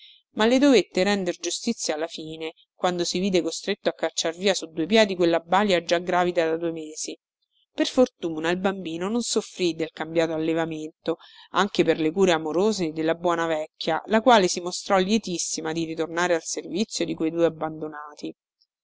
ma le dovette render giustizia alla fine quando si vide costretto a cacciar via su due piedi quella balia già gravida da due mesi per fortuna il bambino non soffrì del cambiato allevamento anche per le cure amorose della buona vecchia la quale si mostrò lietissima di ritornare al servizio di quei due abbandonati